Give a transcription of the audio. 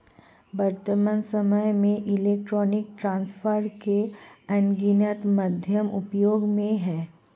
वर्त्तमान सामय में इलेक्ट्रॉनिक ट्रांसफर के अनगिनत माध्यम उपयोग में हैं